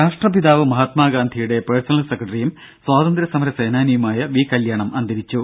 രും രാഷ്ട്ര പിതാവ് മഹാത്മാ ഗാന്ധിയുടെ പേഴ്സണൽ സെക്രട്ടറിയും സ്വാതന്ത്ര്യസമര സേനാനിയുമായ വി കല്യാണം അന്തരിച്ചു